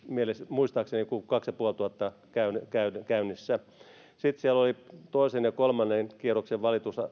muistaakseni joku kahdessatuhannessaviidessäsadassa käynnissä sitten siellä oli toisen ja kolmannen kierroksen